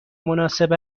مناسب